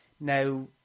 Now